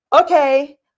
Okay